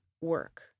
work